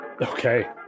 Okay